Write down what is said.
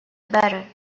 better